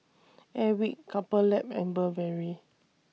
Airwick Couple Lab and Burberry